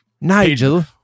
Nigel